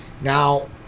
Now